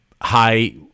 high